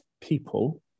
people